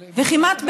וכמעט,